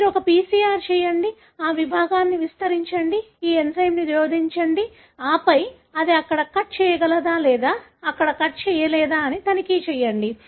మీరు ఒక PCR చేయండి ఆ విభాగాన్ని విస్తరించండి ఈ ఎంజైమ్ను జోడించండి ఆపై అది ఇక్కడ కట్ చేయగలదా లేదా అక్కడ కట్ చేయలేదా అని తనిఖీ చేయండి